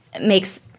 makes